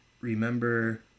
remember